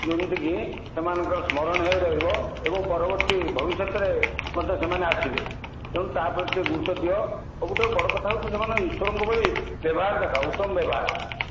ଯେମିତିକି ସେମାନଙ୍କର ସ୍ମରଣ ହୋଇ ରହିବ ଏବଂ ପରବର୍ତ୍ତୀ ଭବିଷ୍ୟତରେ ମଧ୍ୟ ସେମାନେ ଆସିବେ ତେଣୁ ତାହା ପ୍ରତି ଗୁରୁତ୍ୱ ଦିଅ ସବୁଠୁ ବଡ଼ କଥା ହେଉଛି ସେମାନଙ୍କୁ ଇଶ୍ଵରଙ୍କ ଭଳି ବ୍ୟବହାର ଦେଖା ଉତ୍ତମ ବ୍ୟବହାର